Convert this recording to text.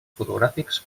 fotogràfics